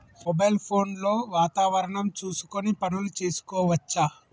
Mobile phone లో వాతావరణం చూసుకొని పనులు చేసుకోవచ్చా?